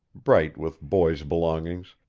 bright with boys' belongings,